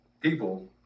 people